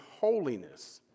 holiness